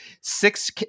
Six